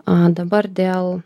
aaa dabar dėl